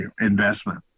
investment